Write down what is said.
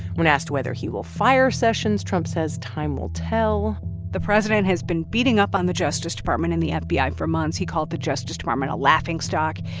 when asked whether he will fire sessions, trump says time will tell the president has been beating up on the justice department and the fbi for months. he called the justice department a laughingstock.